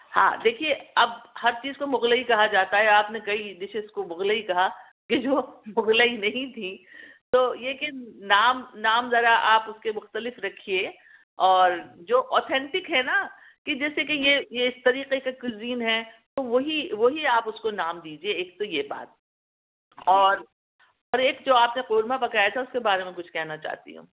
ہاں دیکھئے اب ہر چیز کو مغلئی کہا جاتا ہے آپ نے کئی ڈیشیز کو مغلئی کہا کہ جو مغلئی نہیں تھی تو یہ کہ نام نام ذرا آپ اُس کے مختلف رکھیے اور جو آتھینٹک ہیں نا کہ جیسے کہ یہ یہ اِس طریقے کے کزین ہیں تو وہی وہی آپ اُس کو نام دیجیے ایک تو یہ بات اور ایک جو آپ نے قورمہ پکایا تھا اُس کے بارے میں کچھ کہنا چاہتی ہوں